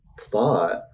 thought